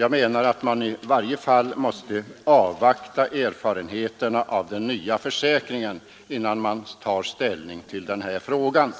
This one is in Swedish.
Jag menar att man i varje fall måste avvakta erfarenheterna av den nya försäkringen innan man tar ställning till den här frågan.